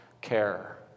care